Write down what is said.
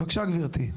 בבקשה, גבירתי.